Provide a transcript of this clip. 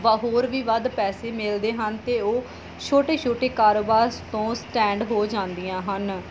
ਵ ਹੋਰ ਵੀ ਵੱਧ ਪੈਸੇ ਮਿਲਦੇ ਹਨ ਅਤੇ ਉਹ ਛੋਟੇ ਛੋਟੇ ਕਾਰੋਬਾਰ ਤੋਂ ਸਟੈਂਡ ਹੋ ਜਾਂਦੀਆਂ ਹਨ